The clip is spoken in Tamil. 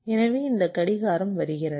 எனவே இந்த கடிகாரம் வருகிறது